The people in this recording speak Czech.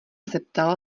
zeptal